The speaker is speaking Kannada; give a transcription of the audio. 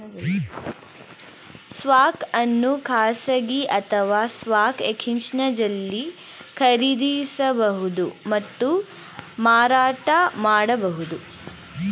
ಸ್ಟಾಕ್ ಅನ್ನು ಖಾಸಗಿ ಅಥವಾ ಸ್ಟಾಕ್ ಎಕ್ಸ್ಚೇಂಜ್ನಲ್ಲಿ ಖರೀದಿಸಬಹುದು ಮತ್ತು ಮಾರಾಟ ಮಾಡಬಹುದು